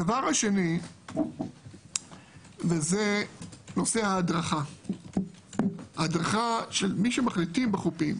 הדבר השני זה נושא ההדרכה של מי שמחליטים בחופים